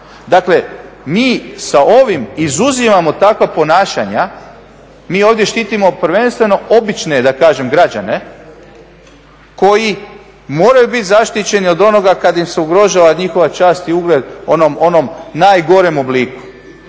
Dakle, mi sa ovim izuzimamo takva ponašanja. Mi ovdje štitimo prvenstveno obične da kažem građane koji moraju bit zaštićeni od onoga kad im se ugrožava njihova čast i ugled u onom najgorem obliku.